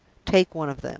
take one of them.